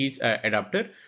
adapter